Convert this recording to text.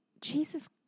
Jesus